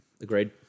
Agreed